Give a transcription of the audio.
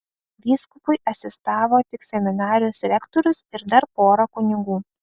vyskupui asistavo tik seminarijos rektorius ir dar pora kunigų